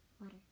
Water